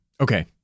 Okay